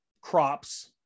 crops